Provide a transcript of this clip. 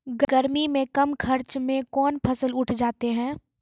गर्मी मे कम खर्च मे कौन फसल उठ जाते हैं?